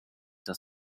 das